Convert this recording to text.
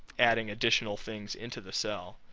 adding additional things into the cell.